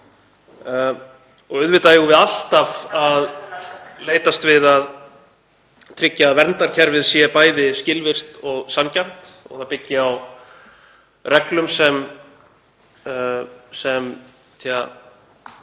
Auðvitað eigum við alltaf að leitast við að tryggja að verndarkerfið sé bæði skilvirkt og sanngjarnt og það byggi á reglum sem eru í